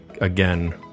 again